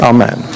Amen